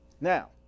Now